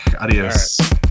Adios